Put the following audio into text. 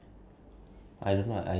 I want to eat ah hungry